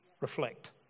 reflect